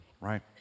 right